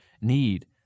need